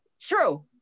True